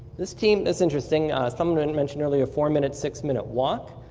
this team, it's interesting, someone and mentioned earlier, a four minute, six minute walk.